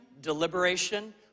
deliberation